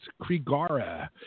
Krigara